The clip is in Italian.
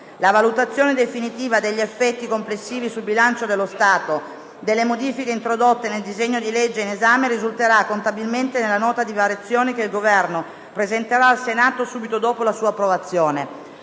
La valutazione definitiva degli effetti complessivi sul bilancio dello Stato delle modifiche introdotte nel disegno di legge in esame risulterà contabilmente nella Nota di variazione che il Governo presenterà al Senato subito dopo la sua approvazione.